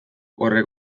horrek